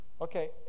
Okay